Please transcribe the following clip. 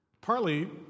partly